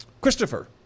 christopher